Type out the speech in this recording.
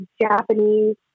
Japanese